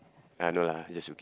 uh no lah just joking